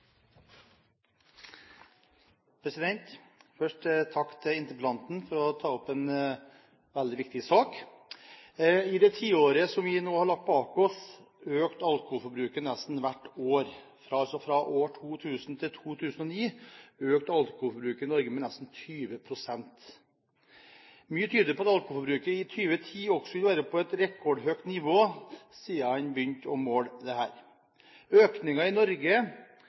lagt bak oss, økte alkoholforbruket nesten hvert år, og fra 2000 til 2009 økte alkoholforbruket i Norge med nesten 20 pst. Mye tyder på at alkoholforbruket i 2010 også vil være på et rekordhøyt nivå siden en begynte å måle dette. Økningen i Norge